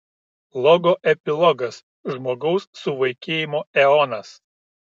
logo epilogas žmogaus suvaikėjimo eonas